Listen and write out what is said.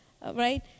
right